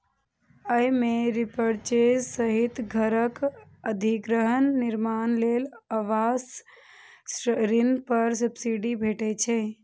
अय मे रीपरचेज सहित घरक अधिग्रहण, निर्माण लेल आवास ऋण पर सब्सिडी भेटै छै